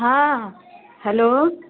हाँ हेलो